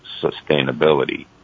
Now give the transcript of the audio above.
Sustainability